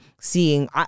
seeing